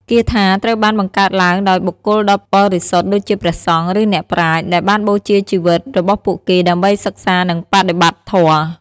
គាថាត្រូវបានបង្កើតឡើងដោយបុគ្គលដ៏បរិសុទ្ធដូចជាព្រះសង្ឃ ឬអ្នកប្រាជ្ញ ដែលបានបូជាជីវិតរបស់ពួកគេដើម្បីសិក្សានិងបដិបត្តិធម៌។